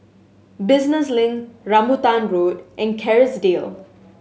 Business Link Rambutan Road and Kerrisdale